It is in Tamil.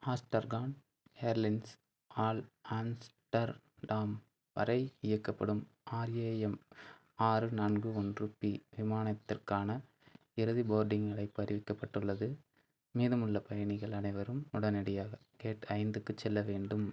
ஆஸ்டர்கான் ஏர்லைன்ஸ் ஆல் ஆம்ஸ்டர்டாம் வரை இயக்கப்படும் ஆர்ஏஎம் ஆறு நான்கு ஒன்று பி விமானத்திற்கான இறுதி போர்டிங் அழைப்பு அறிவிக்கப்பட்டுள்ளது மீதமுள்ள பயணிகள் அனைவரும் உடனடியாக கேட் ஐந்துக்குச் செல்ல வேண்டும்